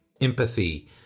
empathy